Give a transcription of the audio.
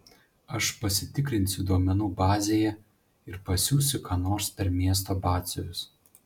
aš pasitikrinsiu duomenų bazėje ir pasiųsiu ką nors per miesto batsiuvius